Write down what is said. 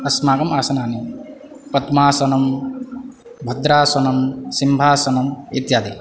अस्माकम् आसनानि पद्मासनं भद्रासनं सिंहासनम् इत्यादि